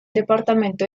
departamento